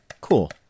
Cool